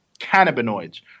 cannabinoids